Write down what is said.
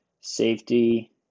Safety